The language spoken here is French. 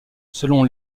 selon